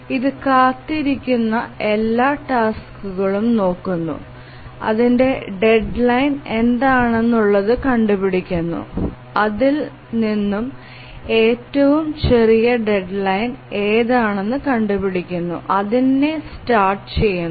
ഇത് കാത്തിരിക്കുന്ന എല്ലാ ടെസ്റ്റുകളും നോക്കുന്നു അതിന്റെ ഡെഡ്ലൈൻ എന്താണുള്ളത് കണ്ടുപിടിക്കുന്നു അതിൽ നിന്നും ഏറ്റവും ചെറിയ ഡെഡ്ലൈൻ ഏതാണെന്ന് കണ്ടുപിടികുനു അതിനേ സ്റ്റാർട്ട് ചെയ്യുന്നു